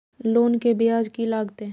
Loan के ब्याज की लागते?